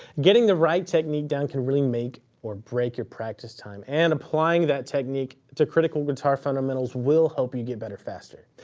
getting the right technique down can really make or break your practice time, and applying that technique to critical guitar fundamentals will help you get better faster.